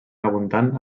abundant